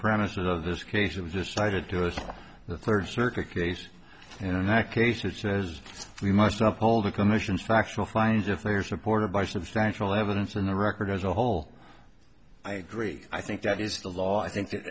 premises of this case it was decided to us the third circuit case and i case that says we must stop all the commissions factional fines if they are supported by substantial evidence in the record as a whole i agree i think that is the law i think